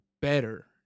better